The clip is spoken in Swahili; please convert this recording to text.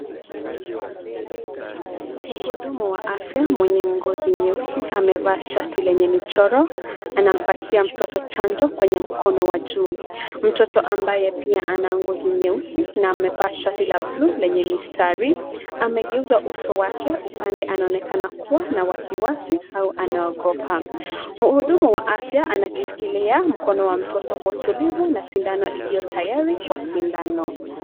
Mhudumu wa afya mwenye ngozi nyeusi amevaa shati lenye michoro anampatia mtoto chanjo kwenye mkono wa juu. Mtoto ambaye pia ana ngozi nyeusi na amevaa shati la buluu lenye mistari. Amegeuza uso wake upande anaonekana kuwa na wasiwasi au anaogopa. Mhudumu wa afya anakishikilia mkono wa mtoto kwa utulivu na sindano iliyo tayari kwa sindano.